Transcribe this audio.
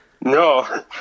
No